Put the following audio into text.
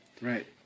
Right